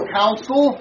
council